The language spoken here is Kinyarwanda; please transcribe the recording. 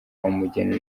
umugeni